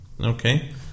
okay